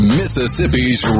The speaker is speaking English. mississippi's